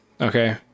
Okay